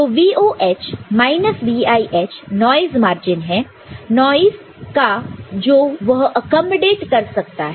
तो VOH minus VIH noise margin है noise का जो वह अकोमोडेट कर सकता है